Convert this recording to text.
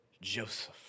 Joseph